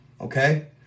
okay